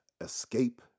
escape